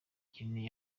kinini